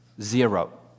zero